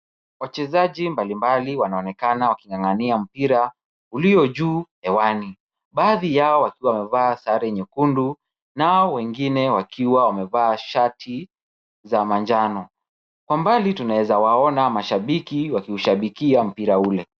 Wachezaji mbalimbali wanaonekana waking'ang'ania mpira uliojuu hewani. Baadhi yao wakiwa wamevaa sare nyekundu nao wengine wakiwa wamevaa shati za manjano. Kwa mbali tunaweza waona mashabiki wakiushabikia mpira ule.